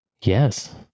Yes